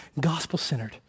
gospel-centered